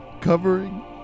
covering